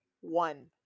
one